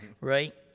right